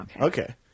Okay